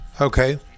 Okay